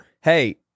hey